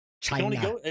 China